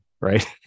right